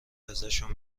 ازشون